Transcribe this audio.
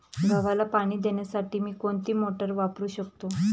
गव्हाला पाणी देण्यासाठी मी कोणती मोटार वापरू शकतो?